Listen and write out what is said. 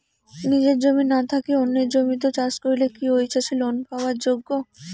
নিজের জমি না থাকি অন্যের জমিত চাষ করিলে কি ঐ চাষী লোন পাবার যোগ্য?